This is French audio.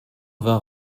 vingt